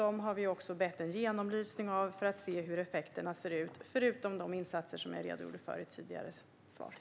Utöver de insatser som jag redogjorde för i ett tidigare svar har vi bett om att få en genomlysning av de domarna, för att se på effekterna av dem.